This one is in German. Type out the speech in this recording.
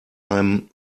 einem